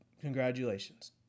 Congratulations